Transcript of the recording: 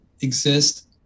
exist